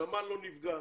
הנמל לא נפגע,